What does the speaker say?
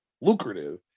lucrative